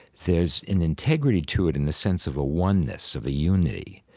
there's an integrity to it in the sense of a oneness, of a unity,